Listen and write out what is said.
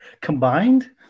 Combined